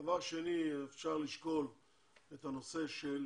דבר שני, אפשר לשקול את הנושא של